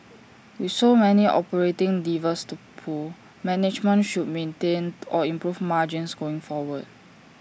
with so many operating levers to pull management should maintain or improve margins going forward